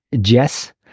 Jess